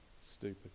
stupid